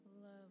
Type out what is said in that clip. love